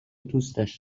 دوستش